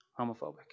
homophobic